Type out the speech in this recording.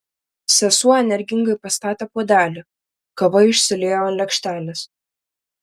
sesuo energingai pastatė puodelį kava išsiliejo ant lėkštelės